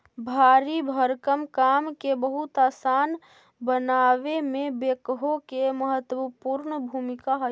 भारी भरकम काम के बहुत असान बनावे में बेक्हो के महत्त्वपूर्ण भूमिका हई